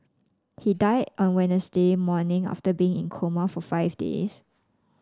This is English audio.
he died on Wednesday morning after being in a coma for five days